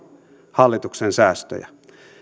hallituksen säästöjä